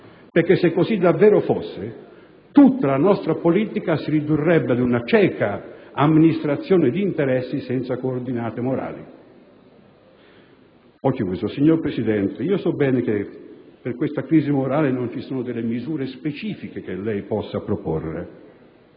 perché se così davvero fosse tutta la nostra politica si ridurrebbe ad una cieca amministrazione di interessi senza coordinate morali. Concludo. Signor Presidente, so bene che per questa crisi morale non ci sono misure specifiche che lei possa proporre,